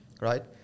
right